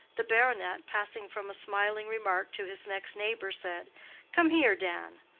the baronet, passing from a smiling remark to his next neighbor said come here, dan!